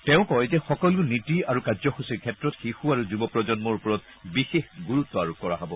তেওঁ কয় যে সকলো নীতি আৰু কাৰ্যসূচীৰ ক্ষেত্ৰত শিশু আৰু যুৱ প্ৰজন্মৰ ওপৰত বিশেষ গুৰুত্ব আৰোপ কৰা হব